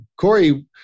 Corey